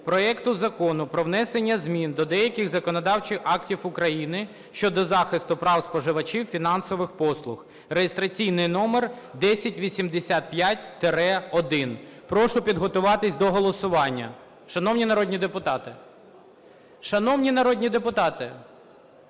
проекту Закону про внесення змін до деяких законодавчих актів України щодо захисту прав споживачів фінансових послуг (реєстраційний номер 1085-1). Прошу підготуватись до голосування. Шановні народні депутати!